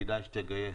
כדאי שתגייס.